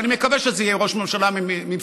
ואני מקווה שזה יהיה ראש ממשלה ממפלגתנו,